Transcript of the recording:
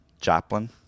joplin